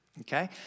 okay